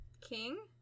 King